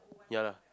ya lah